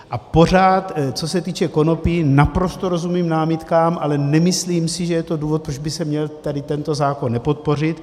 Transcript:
A pořád, co se týče konopí, naprosto rozumím námitkám, ale nemyslím si, že je to důvod, proč by se měl tady tento zákon nepodpořit.